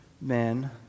men